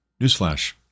newsflash